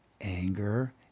anger